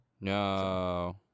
no